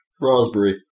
Raspberry